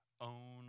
own